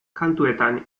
kantuetan